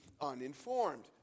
uninformed